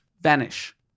vanish